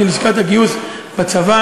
של לשכת הגיוס בצבא.